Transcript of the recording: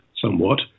somewhat